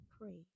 pray